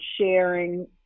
sharing